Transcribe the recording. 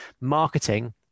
marketing